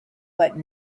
but